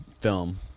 film